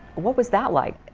what was that like?